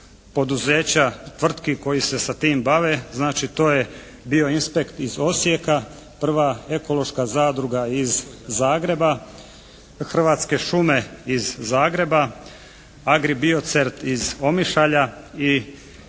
poduzeća, tvrtki koji se sa tim bave. Znači, to je bio inspekt iz Osijeka, Prva ekološka zadruga iz Zagreba, Hrvatske šume iz Zagreba, Agri biocert iz Omišalja i Bio